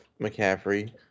McCaffrey